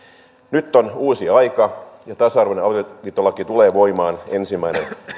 nyt on uusi aika ja tasa arvoinen avioliittolaki tulee voimaan ensimmäinen